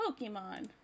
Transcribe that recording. Pokemon